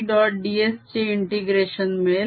ds चे integration मिळेल